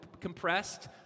compressed